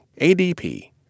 ADP